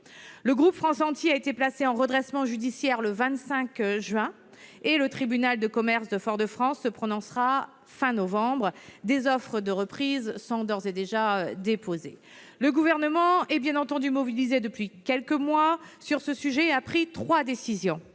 Le groupe France-Antilles a été placé en redressement judiciaire le 25 juin. Le tribunal de commerce de Fort-de-France se prononcera à la fin du mois de novembre. Des offres de reprise sont d'ores et déjà déposées. Le Gouvernement est mobilisé depuis quelques mois sur ce sujet et a pris trois décisions.